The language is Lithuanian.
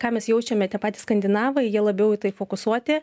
ką mes jaučiame tie patys skandinavai jie labiau į tai fokusuoti